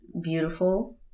beautiful